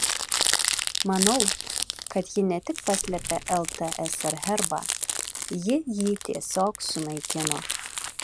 manau kad ji ne tik paslėpė ltsr herbą ji jį tiesiog sunaikino